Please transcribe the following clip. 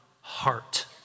heart